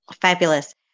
Fabulous